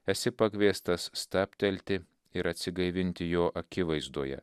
esi pakviestas stabtelti ir atsigaivinti jo akivaizdoje